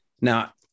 Now